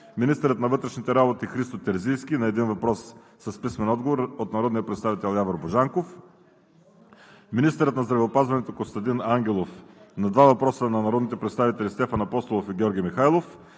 министърът на вътрешните работи Христо Терзийски – на един въпрос с писмен отговор от народния представител Явор Божанков; - министърът на здравеопазването Костадин Ангелов – на два въпроса от народните представители Стефан Апостолов; и Георги Михайлов;